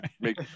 make